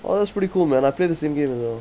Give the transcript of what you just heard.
!wah! that's pretty cool man I play the same game also